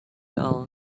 all